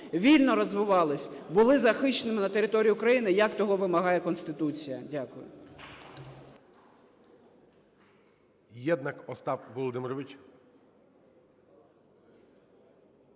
вільно розвивались, були захищені на території України, як того вимагає Конституція. Дякую.